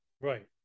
Right